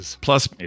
Plus